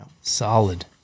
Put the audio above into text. Solid